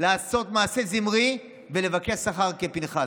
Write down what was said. לעשות מעשה זמרי ולבקש שכר כפנחס.